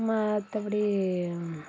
மற்றபடி